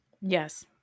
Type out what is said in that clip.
Yes